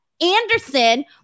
Anderson